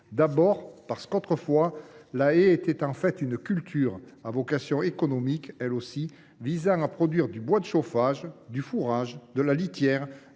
D’abord, parce qu’autrefois la haie était en fait une culture à vocation économique, elle aussi, visant à produire du bois de chauffage, du fourrage, de la litière,